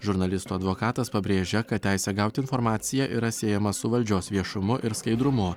žurnalisto advokatas pabrėžia kad teisę gauti informaciją yra siejama su valdžios viešumu ir skaidrumu